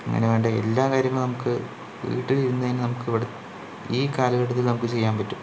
ഇങ്ങനെ വേണ്ട എല്ലാ കാര്യങ്ങളും നമുക്ക് വീട്ടിലിരുന്ന് തന്നെ നമുക്ക് ഇവിടെ ഈ കാലഘട്ടത്തിൽ നമുക്ക് ചെയ്യാൻ പറ്റും